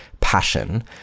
passion